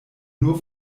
nur